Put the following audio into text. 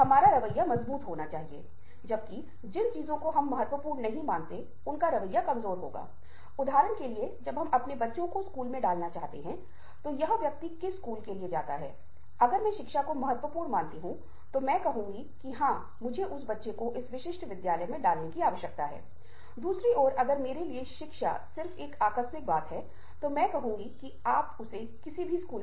मैंने पहले ही कहा है सुनना सबसे महत्वपूर्ण काम है क्यूंकि जब तक आप सुनेंगे नहीं आप बोलना नहीं सीख पाएंगे लेकिन सुनने का दूसरा पक्ष जो भावनाओं का पक्ष है वह एंटोन चेखव द्वारा प्रसिद्ध रूसी लेखक की एक छोटी कहानी द्वारा सबसे अच्छी तरह से चित्रित किया गया है और मैं संक्षेप में आपके साथ कहानी साझा करूंगा